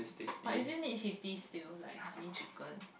but isn't it he did still like honey chicken